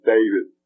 David